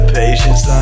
patience